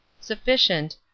sufficient